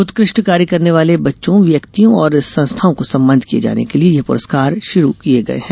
उत्कृष्ट कार्य करने वाले बच्चों व्यक्तियों और संस्थाओं को सम्मानित किये जाने के लिये यह पुरस्कार शुरू किये गये हैं